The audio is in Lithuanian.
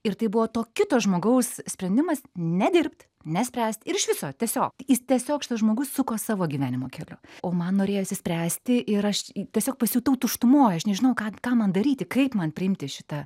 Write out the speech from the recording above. ir tai buvo to kito žmogaus sprendimas nedirbt nespręst ir iš viso tiesiog jis tiesiog šitas žmogus suko savo gyvenimo keliu o man norėjosi spręsti ir aš tiesiog pasijutau tuštumoj aš nežinojau ką ką man daryti kaip man priimti šitą